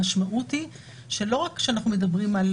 המשמעות היא שלא רק שאנחנו מדברים על